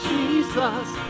Jesus